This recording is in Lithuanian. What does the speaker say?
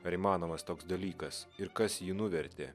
ar įmanomas toks dalykas ir kas jį nuvertė